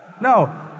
No